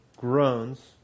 groans